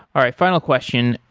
all right, final question.